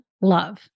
love